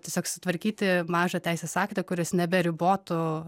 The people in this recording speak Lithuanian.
tiesiog sutvarkyti mažą teisės aktą kuris neberibotų